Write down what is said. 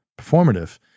Performative